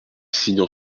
signent